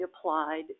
applied